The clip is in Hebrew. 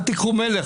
אל תיקחו מלך,